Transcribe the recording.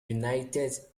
united